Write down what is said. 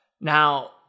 Now